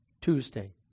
Tuesday